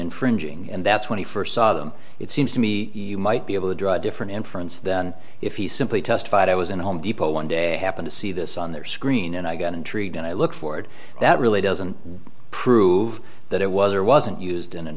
infringing and that's when he first saw them it seems to me you might be able to draw a different inference than if he simply testified i was in a home depot one day i happen to see this on their screen and i got intrigued and i look forward that really doesn't prove that it was or wasn't used in